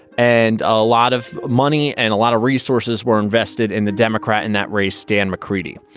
and a lot of money and a lot of resources were invested in the democrat in that race. dan mccreedy,